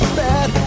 bad